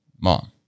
mom